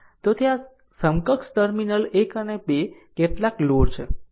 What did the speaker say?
તો તે r છે આ સમકક્ષ ટર્મિનલ 1 અને 2 કેટલાક લોડ છે